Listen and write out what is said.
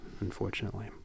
unfortunately